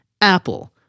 Apple